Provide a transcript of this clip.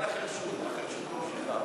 החירשות ממשיכה.